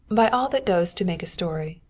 by all that goes to make a story,